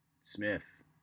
Smith